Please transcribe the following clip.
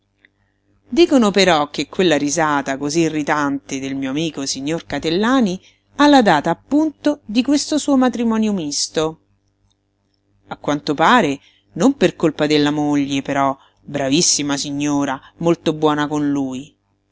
dicono però che quella risata cosí irritante del mio amico signor catellani ha la data appunto di questo suo matrimonio misto a quanto pare non per colpa della moglie però bravissima signora molto buona con lui